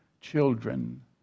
children